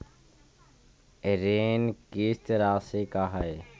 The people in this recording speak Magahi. ऋण किस्त रासि का हई?